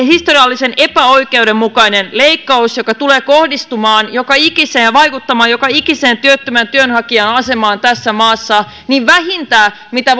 historiallisen epäoikeudenmukainen leikkaus joka tulee kohdistumaan joka ikiseen ja vaikuttamaan joka ikisen työttömän työnhakijan asemaan tässä maassa vähin mitä